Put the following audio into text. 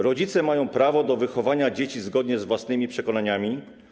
Rodzice mają prawo do wychowania dzieci zgodnie z własnymi przekonaniami.